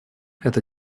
это